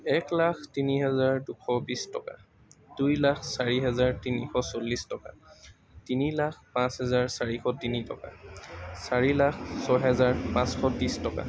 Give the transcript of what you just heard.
এক লাখ তিনি হেজাৰ দুশ বিছ টকা দুই লাখ চাৰি হেজাৰ তিনিশ চল্লিছ টকা তিনি লাখ পাঁচ হেজাৰ চাৰিশ তিনি টকা চাৰি লাখ ছহেজাৰ পাঁচশ ত্ৰিছ টকা